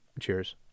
cheers